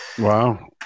Wow